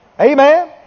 Amen